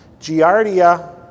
Giardia